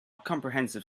comprehensive